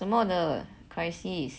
什么的 crisis